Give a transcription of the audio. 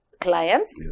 clients